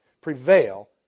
prevail